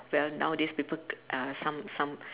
well nowadays people uh some some